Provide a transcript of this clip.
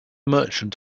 merchant